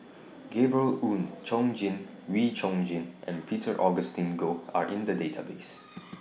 Gabriel Oon Chong Jin Wee Chong Jin and Peter Augustine Goh Are in The Database